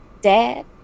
dad